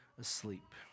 asleep